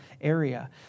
area